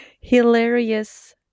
hilarious